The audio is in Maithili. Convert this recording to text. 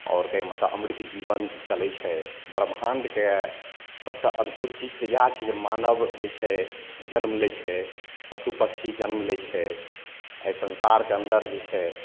आओर कहैके मतलब अमृत जीबन चलै छै ब्रह्माण्डके सबसऽ अद्भुत चीज तऽ इहए छियै जे मानब जे छै जन्म लै छै पशु पक्षी जन्म लै छै एहि संसारके अन्दर जे छै